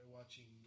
watching